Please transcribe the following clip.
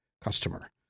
customer